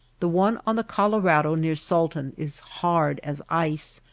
the one on the colorado near salton is hard as ice,